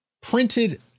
printed